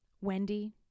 Wendy